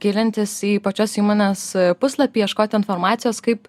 gilintis į pačios įmonės puslapį ieškoti informacijos kaip